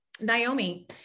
Naomi